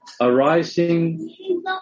arising